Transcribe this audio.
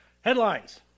Headlines